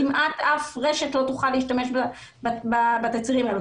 כמעט אף רשת לא תוכל להשתמש בתצהירים האלה.